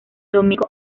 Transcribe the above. domingo